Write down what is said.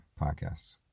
podcasts